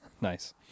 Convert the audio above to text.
nice